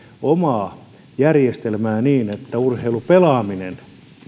omaa järjestelmää niin että urheilupelaaminen